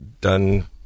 done